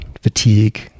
fatigue